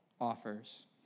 offers